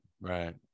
right